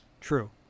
True